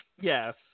yes